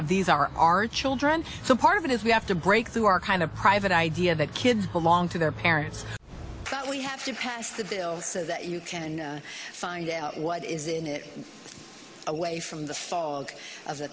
of these are our children so part of it is we have to break through our kind of private idea that kids belong to their parents that we have to pass the bill so that you can find out what is in it away from the fog